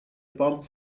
pumped